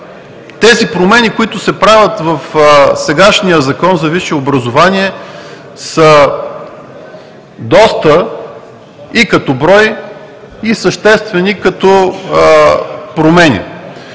тези промени, които се правят в сегашния Закон за висшето образование са доста и като брой, и съществени като промени.